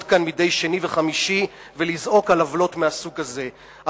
כאן מדי שני וחמישי ולזעוק על עוולות מהסוג הזה.